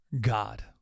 God